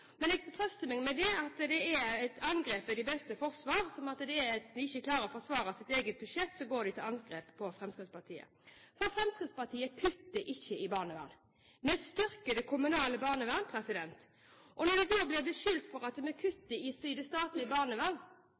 Men jeg trøster meg med at angrep er det beste forsvar, så når de ikke klarer å forsvare sitt eget budsjett, går de til angrep på Fremskrittspartiet. Fremskrittspartiet kutter ikke i barnevernet. Vi styrker det kommunale barnevernet. Når vi da blir beskyldt for at vi kutter i